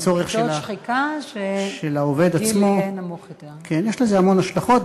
בצורך של העובד עצמו --- שבמקצועות שיש בהם שחיקה,